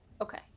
Okay